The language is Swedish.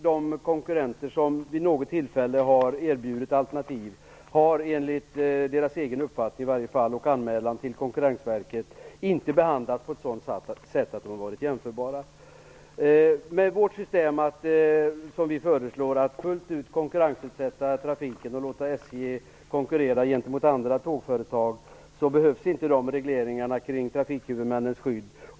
De konkurrenter som vid något tillfälle har erbjudit alternativ har - enligt deras egen uppfattning och anmälan till Konkurrensverket i varje fall - inte behandlats på ett sådant sätt att de har varit jämförbara. Med det system som vi föreslår, att fullt ut konkurrensutsätta trafiken och låta SJ konkurrera gentemot andra tågföretag, behövs inte de regleringarna kring trafikhuvudmännens skydd.